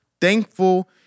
thankful